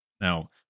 Now